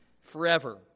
forever